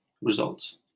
results